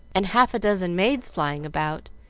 and half a dozen maids flying about,